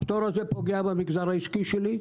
הוא אמר: "א', הפטור הזה פוגע במגזר העסקי שלי,